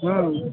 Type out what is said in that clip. हुँ